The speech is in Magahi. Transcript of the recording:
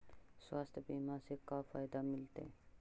स्वास्थ्य बीमा से का फायदा मिलतै?